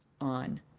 on